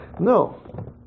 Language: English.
no